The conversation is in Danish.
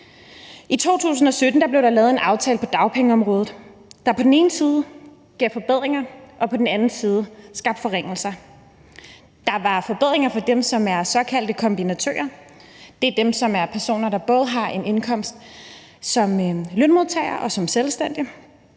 I 2017 blev der lavet en aftale på dagpengeområdet, der på den ene side gav forbedringer og på den anden side skabte forringelser. Der var forbedringer for dem, der er såkaldte kombinatører – det er dem, som er personer, der både har en indkomst som lønmodtager og som selvstændig